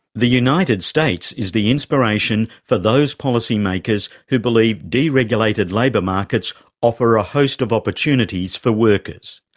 the united states is the inspiration for those policy makers who believe deregulated labour markets offer a host of opportunities for workers.